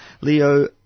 Leo